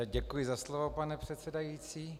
Děkuji za slovo, pane předsedající.